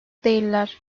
değiller